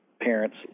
parents